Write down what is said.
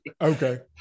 okay